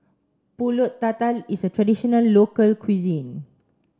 Pulut Tatal is a traditional local cuisine